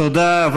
תודה.